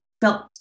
felt